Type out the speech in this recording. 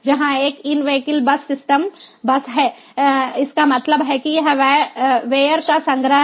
जहां एक in vehicle bus system बस है इसका मतलब है कि यह वेयर का संग्रह है